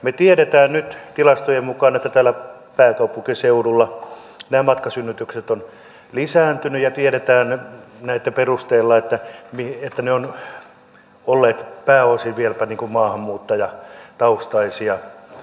me tiedämme nyt tilastojen mukaan että täällä pääkaupunkiseudulla nämä matkasynnytykset ovat lisääntyneet ja tiedämme näitten perusteella että ne ovat olleet pääosin vieläpä maahanmuuttajataustaisia äitejä